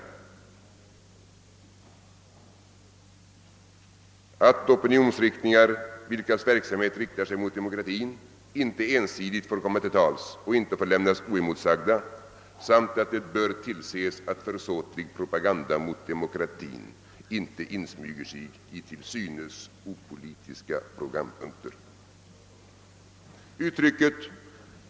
'De skriver »att opinionsriktningar, vilkas verksamhet riktar sig mot demokratin, inte ensidigt får komma till tals och inte får lämnas oemotsagda samt att det bör tillses att försåtlig propaganda mot demokratin inte insmyger sig i till synes opolitiska programpunkter».